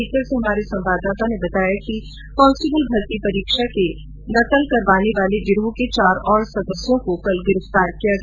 सीकर से हमारे संवाददाता ने बताया कि कांस्टेबल भर्ती परीक्षा के लिये नकल कराने वाले गिरोह के चार और सदयों को कल गिरफ्तार किया गया